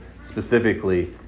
specifically